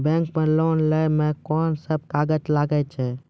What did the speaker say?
Bank मे loan लै मे कोन सब कागज लागै छै?